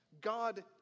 God